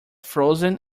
frozen